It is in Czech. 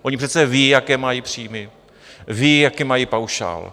Oni přece vědí, jaké mají příjmy, vědí, jaký mají paušál.